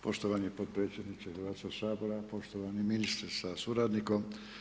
Poštovani potpredsjedniče Hrvatskog sabora, poštovani ministre sa suradnikom.